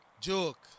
joke